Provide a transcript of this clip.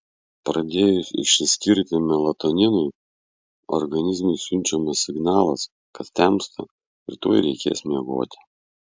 pradėjus išsiskirti melatoninui organizmui siunčiamas signalas kad temsta ir tuoj reikės miegoti